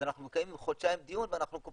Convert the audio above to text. אז אנחנו מקיימים חודשיים דיון ואנחנו כל